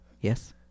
Yes